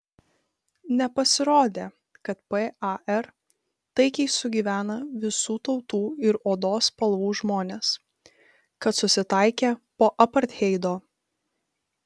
nepasirodė kad par taikiai sugyvena visų tautų ir odos spalvų žmonės kad susitaikė po apartheido